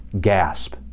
gasp